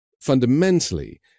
fundamentally